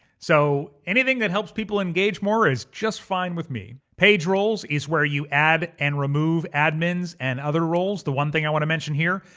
so anything that helps people engage more is just fine with me. page roles is where you add and remove admins and other roles. the one thing i wanna mention here,